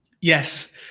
Yes